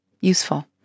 useful